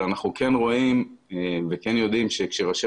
אבל אנחנו כן רואים וכן יודעים שכשראשי